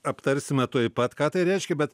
aptarsime tuoj pat ką tai reiškia bet